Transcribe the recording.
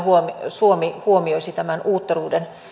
suomi huomioisi tämän uutteruuden